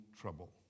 trouble